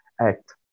Act